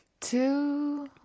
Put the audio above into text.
Two